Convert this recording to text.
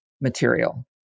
material